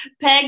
Peg